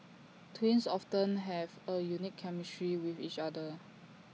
twins often have A unique chemistry with each other